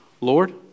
Lord